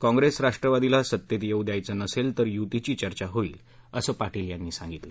काँग्रेस राष्ट्रवादीला सत्तेत येऊ द्यायचं नसेल तर युतीची चर्चा होईल असं पाटील यांनी सांगितलं